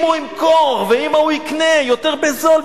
אם הוא ימכור ואם ההוא יקנה יותר בזול,